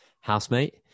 housemate